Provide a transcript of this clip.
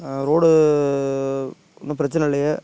road ஒன்றும் பிரச்சின இல்லையே